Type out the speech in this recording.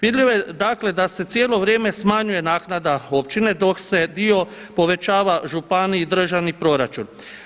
Vidljivo je dakle da se cijelo vrijeme smanjuje naknada općine dok se dio povećava županiji državni proračun.